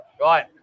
Right